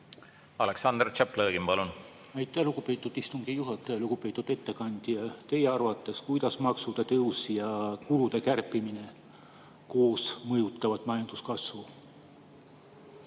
Aleksandr Tšaplõgin, palun! Aitäh, lugupeetud istungi juhataja! Lugupeetud ettekandja! Kuidas teie arvates maksude tõus ja kulude kärpimine koos mõjutavad majanduskasvu?